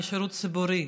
מהשירות הציבורי,